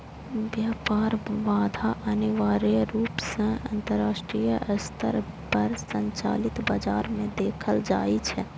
व्यापार बाधा अनिवार्य रूप सं अंतरराष्ट्रीय स्तर पर संचालित बाजार मे देखल जाइ छै